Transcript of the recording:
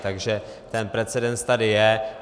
Takže ten precedens tady je.